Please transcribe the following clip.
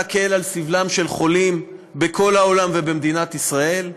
להקל את סבלם של חולים בכל העולם ובמדינת ישראל.